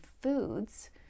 foods